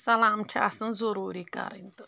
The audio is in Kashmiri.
سلام چھِ آسان ضروٗری کرٕنۍ تہٕ